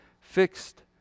fixed